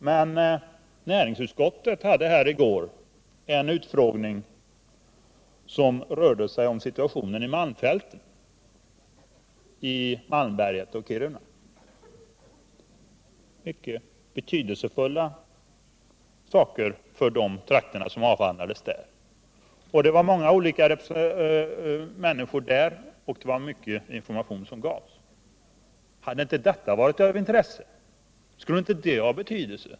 Men näringsutskottet hade i går en utskottsutfrågning som rörde sig om situationen i malmfälten i Malmberget och Kiruna. Det var för de trakterna mycket betydelsefulla saker som avhandlades. Många olika människor var närvarande och mycket information gavs. Hade inte detta varit av intresse för fler?